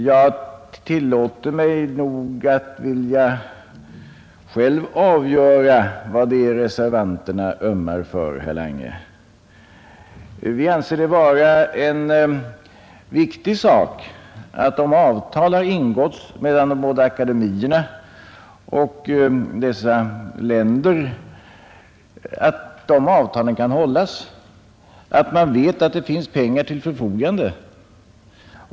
Jag tillåter mig nog att själv avgöra vad det är reservanterna ömmar för, herr Lange. Om avtal har ingåtts mellan de båda akademierna och dessa länder, anser vi det vara en viktig sak, att avtalen kan hållas, att man vet att det finns pengar till förfogande.